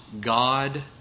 God